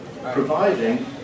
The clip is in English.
providing